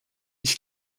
ich